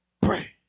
pray